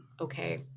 okay